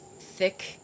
thick